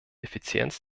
effizienz